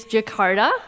Jakarta